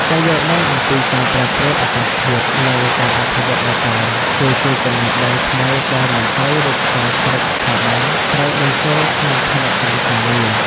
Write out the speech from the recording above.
ការយល់ដឹងអំពីការប្រែប្រួលអាកាសធាតុ និងការអភិវឌ្ឍបៃតង គឺជាចំណេះដឹងថ្មីដែលមន្ត្រីរាជការគ្រប់ស្ថាប័នត្រូវបញ្ចូលក្នុងផែនការការងារ។